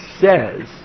says